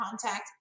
contact